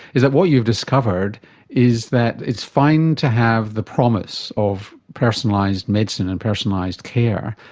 is that what you discovered is that it's fine to have the promise of personalised medicine and personalised care,